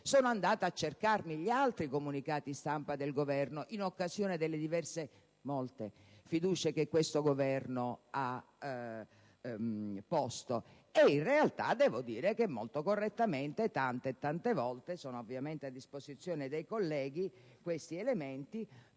sono andata a cercarmi gli altri comunicati stampa del Governo in occasione delle diverse - molte - fiducie che questo Governo ha posto e, in realtà, devo dire che molto correttamente tante e tante volte - questi elementi sono ovviamente a disposizione dei colleghi - il